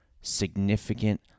significant